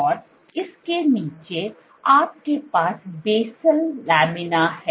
और इसके नीचे आपके पास बेसल लामिना है